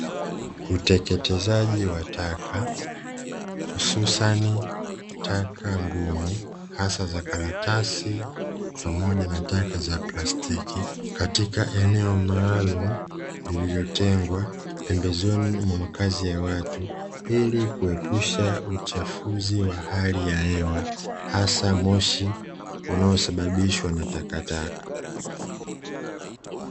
Uteketezaji wa taka hususani taka ngumu hasa za karatasi pamoja na taka za plastiki, katika eneo maalum lilotengwa pembezoni mwa makazi ya watu, ili kuepusha uchafuzi wa hali ya hewa hasa moshi unaosababishwa na takataka.